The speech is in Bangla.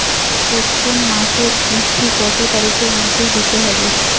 প্রথম মাসের কিস্তি কত তারিখের মধ্যেই দিতে হবে?